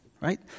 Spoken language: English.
Right